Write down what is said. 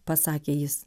pasakė jis